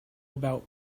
about